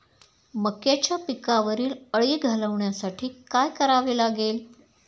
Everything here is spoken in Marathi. मक्याच्या पिकावरील अळी घालवण्यासाठी काय करावे लागेल?